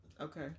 okay